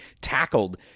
tackled